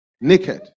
naked